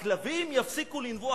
הכלבים יפסיקו לנבוח,